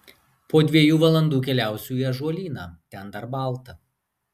po dviejų valandų keliausiu į ąžuolyną ten dar balta